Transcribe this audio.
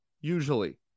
usually